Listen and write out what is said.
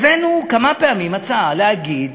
הבאנו כמה פעמים הצעה להגיד